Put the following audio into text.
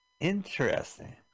Interesting